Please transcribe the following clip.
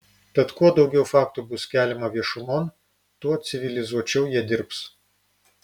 tad kuo daugiau faktų bus keliama viešumon tuo civilizuočiau jie dirbs